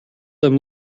them